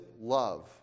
Love